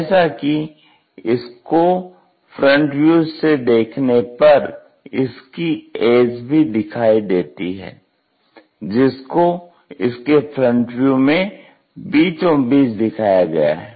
जैसा कि इसको फ्रंट से देखने पर इसकी एज भी दिखाई देती है जिसको इसके फ्रंट व्यू में बीचों बीच दिखाया गया है